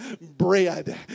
bread